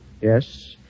Yes